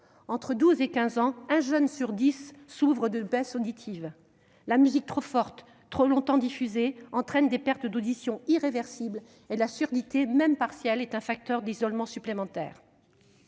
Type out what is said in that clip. entre 12 ans et 15 ans, un jeune sur dix souffre de baisse auditive. La musique trop forte, trop longtemps diffusée, entraîne des pertes d'audition irréversibles et la surdité, même partielle, est un facteur d'isolement supplémentaire.